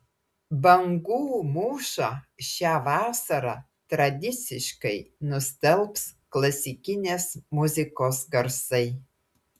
bangų mūšą šią vasarą tradiciškai nustelbs klasikinės muzikos garsai